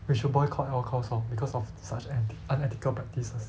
we should boycott at all cost lor because of such ethi~ unethical practices